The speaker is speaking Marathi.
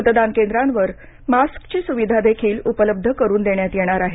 मतदान केंद्रांवर मास्कची सुविधा देखील उपलब्ध करून देण्यात येणार आहे